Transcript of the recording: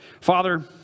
Father